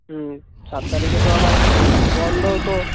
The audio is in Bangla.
হুম সাত তারিখে তো আবার বন্ধও তো